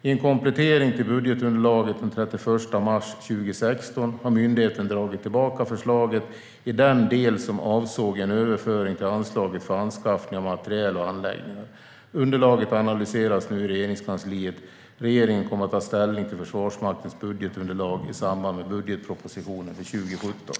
I en komplettering till budgetunderlaget den 31 mars 2016 har myndigheten dragit tillbaka förslaget i den del som avsåg en överföring till anslaget för anskaffning av materiel och anläggningar. Underlaget analyseras nu i Regeringskansliet. Regeringen kommer att ta ställning till Försvarsmaktens budgetunderlag i samband med budgetpropositionen för 2017.